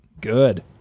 good